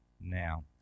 now